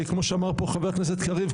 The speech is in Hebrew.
כמו שאמר פה חבר הכנסת קריב,